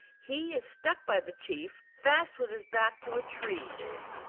he is stuck by the chief fast with his back to a tree.